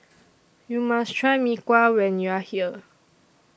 YOU must Try Mee Kuah when YOU Are here